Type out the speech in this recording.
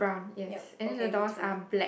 yup okay me too